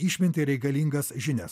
išmintį ir reikalingas žinias